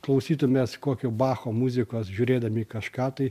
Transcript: klausytumės kokio bacho muzikos žiūrėdami į kažką tai